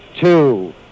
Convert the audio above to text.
two